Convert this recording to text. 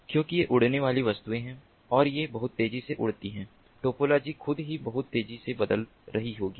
क्योंकि ये उड़ने वाली वस्तुएं हैं और ये बहुत तेज गति से उड़ती हैं टोपोलॉजी खुद ही बहुत तेजी से बदल रही होगी